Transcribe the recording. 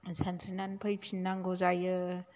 सानस्रिनानै फैफिननांगौ जायो